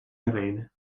erede